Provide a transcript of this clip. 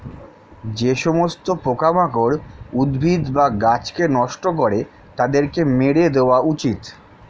যে সমস্ত পোকামাকড় উদ্ভিদ বা গাছকে নষ্ট করে তাদেরকে মেরে দেওয়া উচিত